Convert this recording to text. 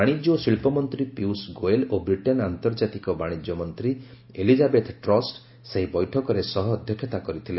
ବାଣିଜ୍ୟ ଓ ଶିଳ୍ପ ମନ୍ତ୍ରୀ ପିୟଷ୍ ଗୋୟଲ୍ ଓ ବ୍ରିଟେନ୍ ଆନ୍ତର୍ଜାତିକ ବାଣିଜ୍ୟ ମନ୍ତ୍ରୀ ଏଲିଜାବେଥ୍ ଟ୍ରସ୍ ସେହି ବୈଠକରେ ସହ ଅଧ୍ୟକ୍ଷତା କରିଥିଲେ